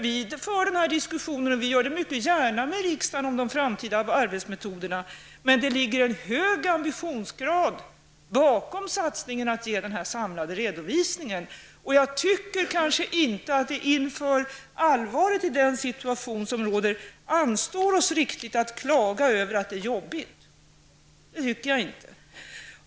Vi för gärna diskussionen med riksdagen om de framtida arbetsmetoderna, men det ligger en hög ambitionsgrad bakom satsningen att ge denna samlade redovisning. Jag tycker kanske inte att det med tanke på allvaret i den situation som råder anstår oss att klaga över att det är jobbigt.